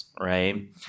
right